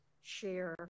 share